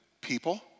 people